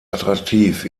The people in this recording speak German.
attraktiv